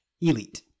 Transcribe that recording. elite